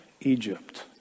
Egypt